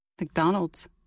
McDonald's